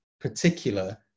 particular